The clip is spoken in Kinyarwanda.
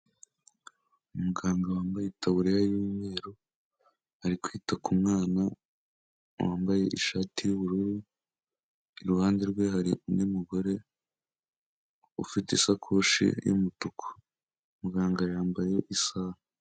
Umuganga wambaye itaburiya y'umweru ari kwita ku mwana wambaye ishati y'ubururu, iruhande rwe hari undi mugore ufite isakoshi y'umutuku, muganga yambaye isaha.